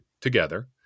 together